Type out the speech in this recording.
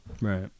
Right